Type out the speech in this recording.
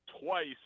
twice